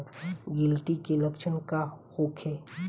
गिलटी के लक्षण का होखे?